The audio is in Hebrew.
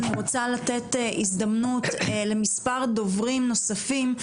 אני רוצה לתת הזדמנות למספר דוברים נוספים,